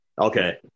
Okay